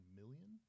million